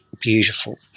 beautiful